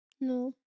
No